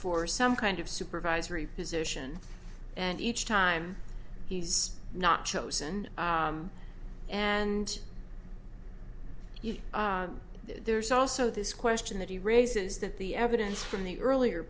for some kind of supervisory position and each time he's not chosen and you know there's also this question that he raises that the evidence from the earlier